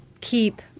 keep